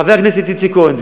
חבר הכנסת איציק כהן,